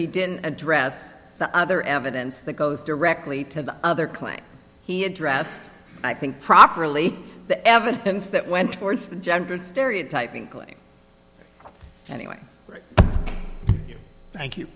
he didn't address the other evidence that goes directly to the other claim he addressed i think properly the evidence that went towards the gender stereotyping claim anyway right thank you